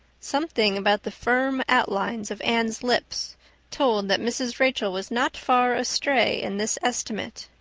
something about the firm outlines of anne's lips told that mrs. rachel was not far astray in this estimate.